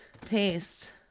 Paste